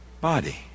body